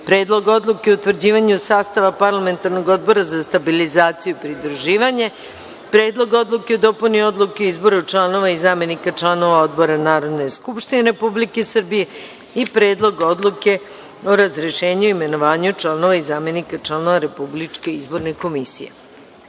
Predlog odluke o utvrđivanju sastava Parlamentarnog odbora za stabilizaciju i pridruživanje;3. Predlog odluke o dopuni Odluke o izboru članova i zamenika članova odbora Narodne skupštine Republike Srbije;4. Predlog odluke o razrešenju i imenovanju članova i zamenika članova Republičke izborne komisije. Imamo